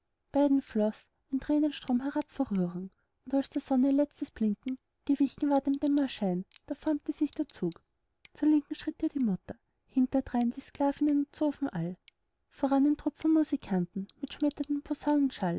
floß ein tränenstrom herab vor rührung und als der sonne letztes blinken gewichen war dem dämmerschein da formte sich der zug zur linken schritt ihr die mutter hinterdrein die sklavinnen und zofen all voran ein trupp von musikanten mit schmetterndem